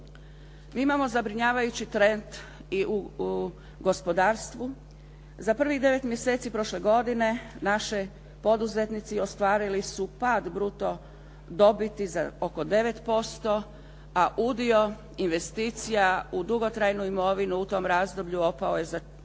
Mi imamo zabrinjavajući trend i u gospodarstvu. Za prvih devet mjeseci prošle godine naši poduzetnici ostvarili su pad bruto dobiti za oko 9% a udio investicija u dugotrajnu imovinu u tom razdoblju opao je za